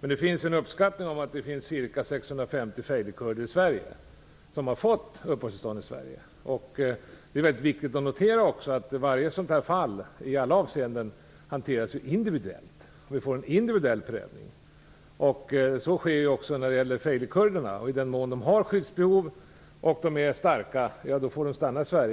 Men det finns en uppskattning om att det finns ca 650 feilikurder i Sverige som fått uppehållstillstånd här. Det är viktigt att notera att varje sådant här fall i alla avseenden hanteras individuellt. Vi gör en individuell prövning. Så sker också när det gäller feilikurderna. I den mån de har skyddsbehov och dessa är starka, får de stanna i Sverige.